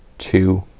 two